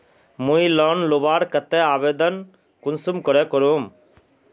मुई लोन लुबार केते आवेदन कुंसम करे करूम?